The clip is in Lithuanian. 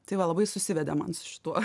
tai va labai susiveda man su šituo